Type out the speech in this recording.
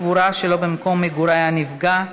קבורה שלא במקום מגורי הנפגע),